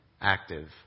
active